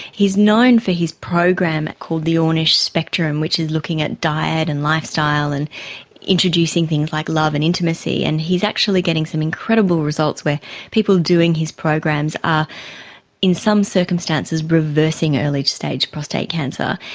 he is known for his program called the ornish spectrum which is looking at diet and lifestyle and introducing things like love and intimacy, and he is actually getting some incredible results where people doing his programs are in some circumstances reversing early-stage prostate cancer.